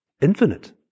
infinite